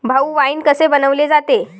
भाऊ, वाइन कसे बनवले जाते?